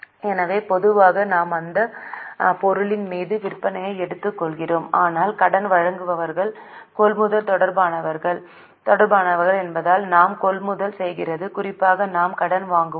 எனவே பொதுவாக நாம் அந்த பொருளின் மீது விற்பனையை எடுத்துக் கொள்கிறோம் ஆனால் கடன் வழங்குநர்கள் கொள்முதல் தொடர்பானவர்கள் என்பதால் நாம் கொள்முதல் செய்கிறது குறிப்பாக நாம் கடன் வாங்குவோம்